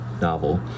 novel